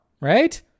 Right